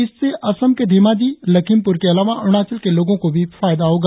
इससे असम के घेमाजी लखीमपुर के अलावा अरुणाचल के लोगो को भी फायदा होगा